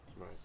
Right